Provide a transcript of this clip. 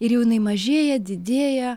ir jau jinai mažėja didėja